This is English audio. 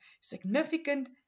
significant